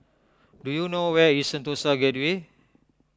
do you know where is Sentosa Gateway